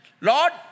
Lord